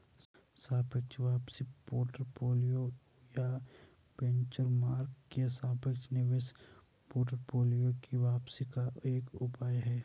सापेक्ष वापसी पोर्टफोलियो या बेंचमार्क के सापेक्ष निवेश पोर्टफोलियो की वापसी का एक उपाय है